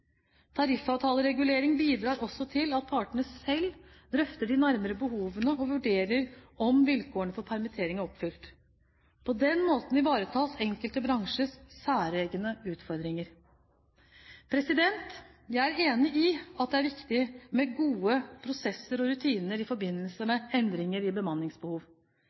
Tariffavtaleregulering bidrar også til at partene selv drøfter de nærmere behovene og vurderer om vilkårene for permittering er oppfylt. På den måten ivaretas enkelte bransjers særegne utfordringer. Jeg er enig i at det er viktig med gode prosesser og rutiner i forbindelse med endringer i bemanningsbehov.